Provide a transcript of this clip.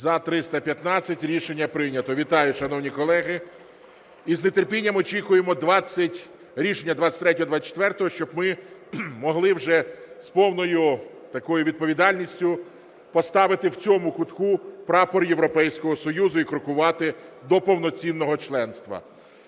За-315 Рішення прийнято. Вітаю, шановні колеги, і з нетерпінням очікуємо рішення 23-24-го, щоб ми могли вже з повною такою відповідальністю поставити в цьому кутку прапор Європейського Союзу і крокувати до повноцінного членства.